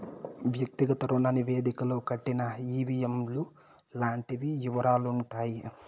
వ్యక్తిగత రుణ నివేదికలో కట్టిన ఈ.వీ.ఎం లు లాంటి యివరాలుంటాయి